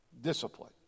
discipline